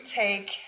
take